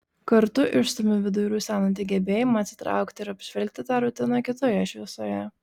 kartu išstumiu viduj rusenantį gebėjimą atsitraukti ir apžvelgti tą rutiną kitoje šviesoje